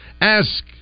Ask